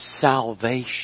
Salvation